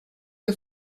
che